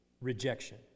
rejection